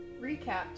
recap